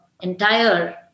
entire